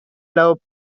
loop